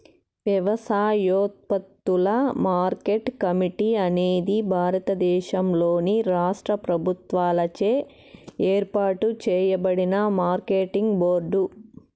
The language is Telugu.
వ్యవసాయోత్పత్తుల మార్కెట్ కమిటీ అనేది భారతదేశంలోని రాష్ట్ర ప్రభుత్వాలచే ఏర్పాటు చేయబడిన మార్కెటింగ్ బోర్డు